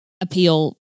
appeal